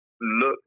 look